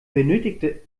benötigte